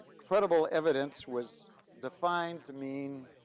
credible evidence was defined to mean,